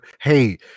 hey